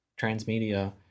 transmedia